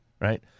right